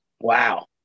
Wow